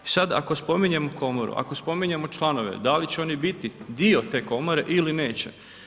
I sad ako spominjemo komoru, ako spominjemo članove, da li će oni biti dio te komore ili neće?